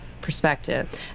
perspective